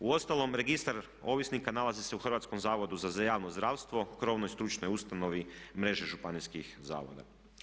Uostalom registar ovisnika nalazi se u Hrvatskom zavodu za javno zdravstvo, krovnoj stručnoj ustanovi i mreže županijskih zavoda.